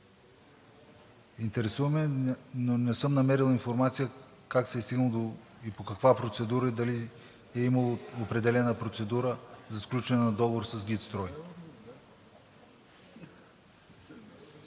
Интересува ме, но не съм намерил информация как се е стигнало и по каква процедура? Дали е имало определена процедура за сключване на договор с „ГИТ Строй“.